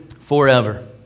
forever